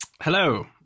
Hello